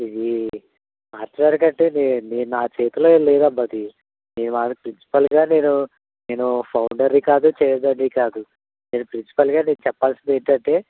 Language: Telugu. ఇది మార్చ్ వరికి అంటేనే నా చేతుల్లో లేదమ్మా అది మేమది ప్రిన్సిపాల్గా నేను నేను ఫౌడర్ని కాదు చైర్మెన్ని కాదు నేను ప్రిసిపాల్గా నీకు చెప్పాల్సింది ఏంటంటే